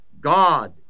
God